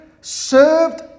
served